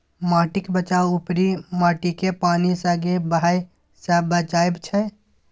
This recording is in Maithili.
माटिक बचाउ उपरी माटिकेँ पानि संगे बहय सँ बचाएब छै